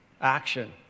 action